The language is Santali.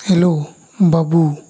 ᱦᱮᱞᱳ ᱵᱟᱹᱵᱩ